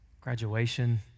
graduation